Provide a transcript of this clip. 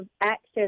access